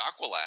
Aqualad